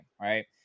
right